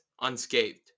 unscathed